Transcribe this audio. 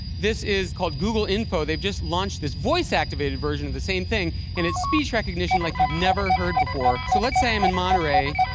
this is called google info. they've just launched this voice-activated version of the same thing. and it's speech recognition like you've never heard before. so lets say i'm in monterey,